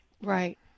Right